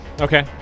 Okay